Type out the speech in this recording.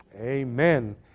Amen